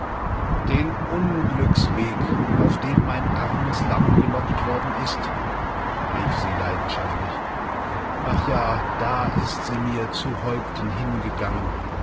den unglücksweg auf den mein armes lamm gelockt worden ist rief sie leidenschaftlich ach ja da ist sie mir zu häupten hingegangen